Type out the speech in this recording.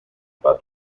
but